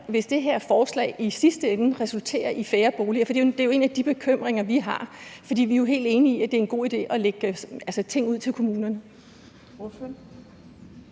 hvis det her forslag i sidste ende resulterer i færre boliger. For det er jo en af de bekymringer, vi har. For vi er jo helt enige i, at det er en god idé at lægge ting ud til kommunerne.